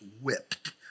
whipped